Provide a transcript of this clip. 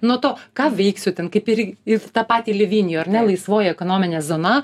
nuo to ką veiksiu ten kaip ir ir tą patį livinjo ar ne laisvoji ekonominė zona